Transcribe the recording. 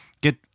get